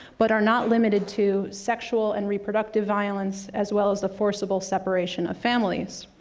but are not limited to, sexual and reproductive violence as well as the forcible separation of families.